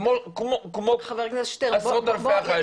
כמו עשרות אלפי החיילים.